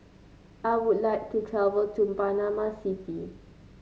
I would like to travel to Panama City